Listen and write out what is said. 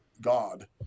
God